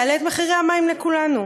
זה יעלה את מחיר המים לכולנו.